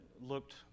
looked